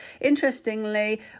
interestingly